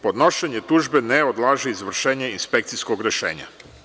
Podnošenje tužbe ne odlaže izvršenje inspekcijskog rešenja.